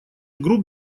групп